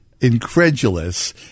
incredulous